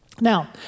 Now